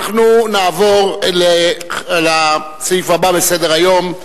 אנחנו נעבור לסעיף הבא בסדר-היום: